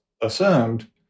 assumed